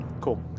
Cool